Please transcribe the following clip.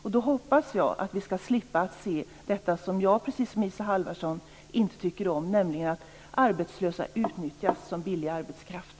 Jag hoppas att vi skall slippa se det som jag precis som Isa Halvarsson inte tycker om, nämligen att arbetslösa utnyttjas som billig arbetskraft.